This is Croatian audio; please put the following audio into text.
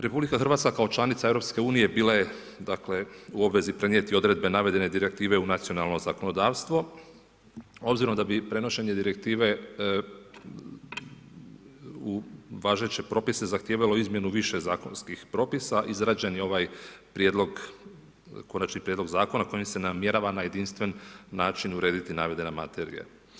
RH kao članica EU bila je u obvezi prenijeti odredbe navedene direktive u nacionalno zakonodavstvo, obzirom da bi prenošenjem direktive u važeće propise zahtijevalo izmjenu više zakonskih propisa izrađen je ovaj prijedlog, konačni prijedlog zakona kojim se namjerava na jedinstven način urediti navedena materija.